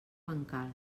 bancal